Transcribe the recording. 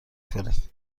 کنید